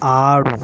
ఆడు